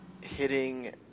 hitting